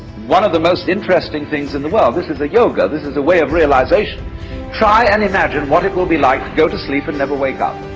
one of the most interesting things in the world this is a yoga, this is a way of realization try and imagine what it will be like to go to sleep and never wake up.